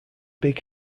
big